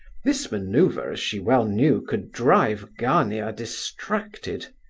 this manoeuvre, as she well knew, could drive gania distracted.